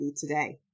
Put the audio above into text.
today